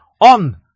on